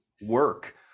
work